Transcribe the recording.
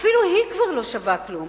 אפילו היא כבר לא שווה כלום,